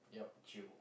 yup chio